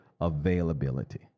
availability